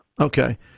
Okay